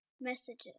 messages